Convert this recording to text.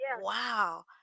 Wow